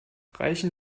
reichen